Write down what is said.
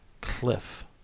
cliff